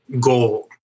goal